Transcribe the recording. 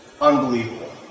unbelievable